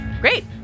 Great